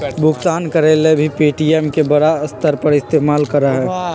भुगतान करे ला भी पे.टी.एम के बड़ा स्तर पर इस्तेमाल करा हई